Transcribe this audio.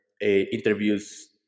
interviews